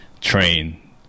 train